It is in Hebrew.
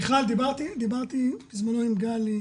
מיכל, דיברתי בזמנו עם גלי,